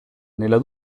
nella